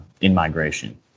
in-migration